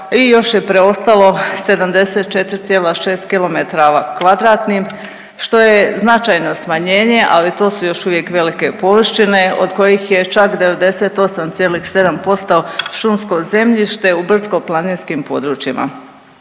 i još je preostalo 74,6 km2, što je značajno smanjenje, ali to su još uvijek velike površine, od kojih je čak 98,7% šumsko zemljište u brdsko-planinskim područjima.